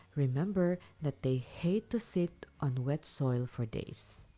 remember that they hate to sit on wet soil for days.